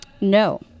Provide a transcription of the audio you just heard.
No